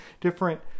different